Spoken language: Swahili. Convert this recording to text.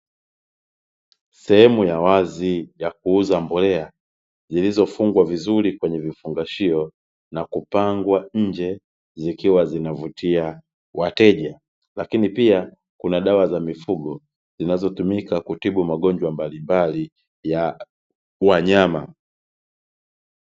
Sehemu ya wazi ya kuuza mbolea zilizofungwa vizuri kwenye vifungashio, nakupangwa nje zikiwa zinavutia wateja, lakini pia kuna dawa za mifugo zinazotumika kutibu magonjwa mbalimbali ya wanyama.